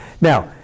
Now